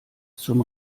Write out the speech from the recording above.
zum